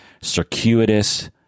circuitous